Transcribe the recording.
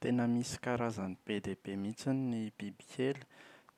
Tena misy karazany be dia be mihitsy ny bibikely